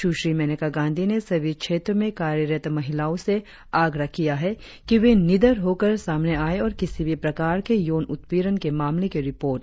सुश्री मेनका गांधी ने सभी क्षेत्रों में कार्यरत महिलाओ से आग्रह किया है कि वे निडर होकर सामने आए और किसी भी प्रकार के यौन उत्पीड़न के मामले की रिपोर्ट करें